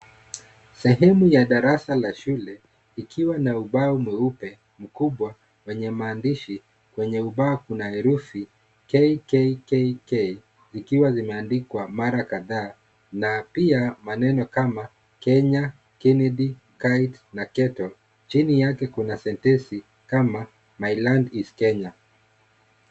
Sehemu ya darasa la shule likiwa na ubao mweupe mkubwa wenye maandishi, kwenye ubao kuna herufu KKKK ikiwa imeandikwa mara kadhaa na pia maneno kama Kenya, Keneddy, Kite na Kettle , chini yake kuna sentensi kama my land is Kenya .